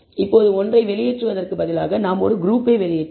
இப்போது ஒன்றை வெளியேறுவதற்கு பதிலாக நாம் ஒரு குரூப்பை வெளியேற்றுவோம்